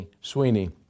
Sweeney